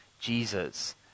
Jesus